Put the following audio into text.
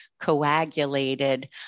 coagulated